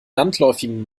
landläufigen